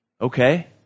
Okay